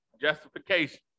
justification